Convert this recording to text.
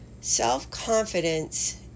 Self-confidence